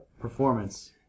performance